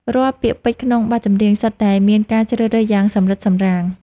រាល់ពាក្យពេចន៍ក្នុងបទចម្រៀង សុទ្ធតែមានការជ្រើសរើសយ៉ាងសម្រិតសម្រាំង។